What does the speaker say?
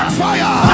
fire